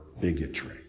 bigotry